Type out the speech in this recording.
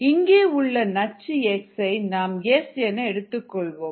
இங்கே உள்ள நச்சு X ஐ நாம் S என எடுத்துக் கொள்வோம்